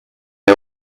der